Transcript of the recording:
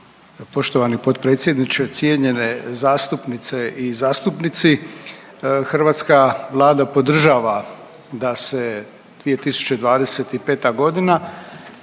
Poštovani potpredsjedniče, cijenjene zastupnice i zastupnici, hrvatska Vlada podržava da se 2025. godina